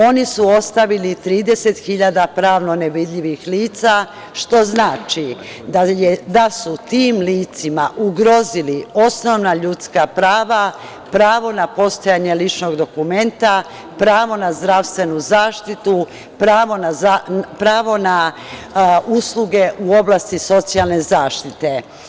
Oni su ostavili 30.000 pravno nevidljivih lica što znači da su tim licima ugrozili osnovna ljudska prava, pravo na postojanje ličnog dokumenta, pravo na zdravstvenu zaštitu, pravo na usluge u oblasti socijalne zaštite.